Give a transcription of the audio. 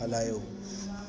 हलायो